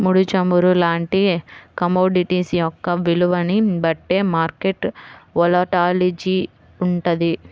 ముడి చమురు లాంటి కమోడిటీస్ యొక్క విలువని బట్టే మార్కెట్ వోలటాలిటీ వుంటది